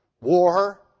war